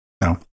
No